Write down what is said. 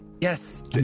yes